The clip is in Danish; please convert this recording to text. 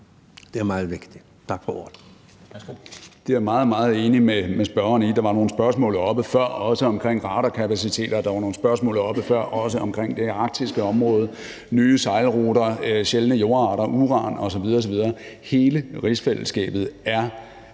Det er meget vigtigt.